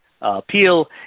appeal